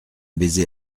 baiser